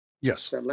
yes